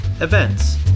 events